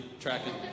tracking